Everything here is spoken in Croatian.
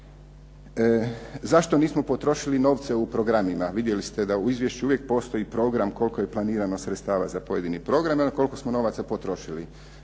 Zašto nismo potrošili novce u programima? Vidjeli ste da u izvješću uvijek postoji program koliko je planirano sredstava za pojedini program i koliko smo novca potrošili.